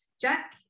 Jack